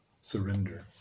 surrender